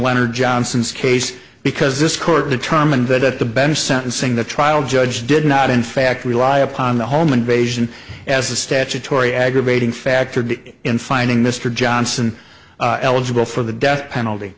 letter johnson's case because this court determined that the bench sentencing the trial judge did not in fact rely upon the home invasion as a statutory aggravating factor in finding mr johnson eligible for the death penalty